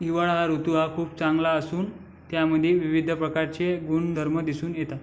हिवाळा हा ऋतू हा खूप चांगला असून त्यामदे विविध प्रकारचे गुण्धर्म दिसून येतात